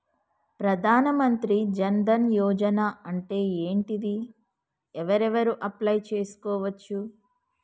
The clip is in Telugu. ప్రధాన మంత్రి జన్ ధన్ యోజన అంటే ఏంటిది? ఎవరెవరు అప్లయ్ చేస్కోవచ్చు?